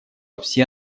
все